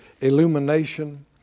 illumination